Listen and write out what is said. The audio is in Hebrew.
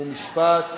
חוק ומשפט.